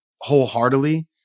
wholeheartedly